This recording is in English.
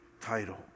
title